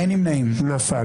נפל.